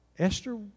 Esther